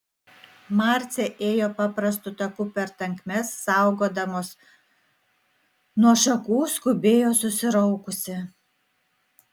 marcė ėjo paprastu taku per tankmes saugodamos nuo šakų skubėjo susiraukusi